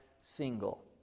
single